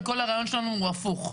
וכל הרעיון שלנו הוא הפוך.